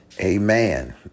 Amen